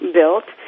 built